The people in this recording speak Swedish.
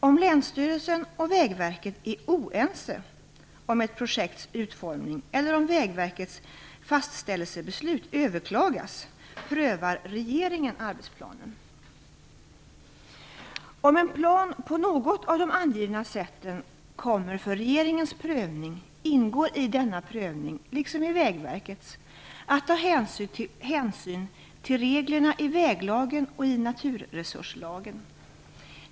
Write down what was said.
Om länsstyrelsen och Vägverket är oense om ett projekts utformning eller om Vägverkets fastställelsebeslut överklagas prövar regeringen arbetsplanen. Om en plan på något av de angivna sätten kommer för regeringens prövning ingår i denna prövning, liksom i Vägverkets, att ta hänsyn till reglerna i väglagen och i naturresurslagen.